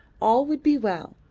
all would be well,